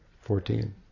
fourteen